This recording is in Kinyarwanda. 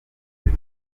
neza